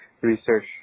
research